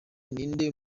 ninde